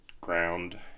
ground